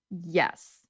Yes